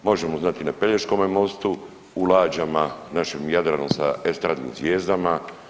Možemo znati na Pelješkome mostu, u lađama u našem Jadranu sa estradnim zvijezdama.